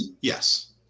Yes